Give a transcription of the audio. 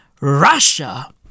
Russia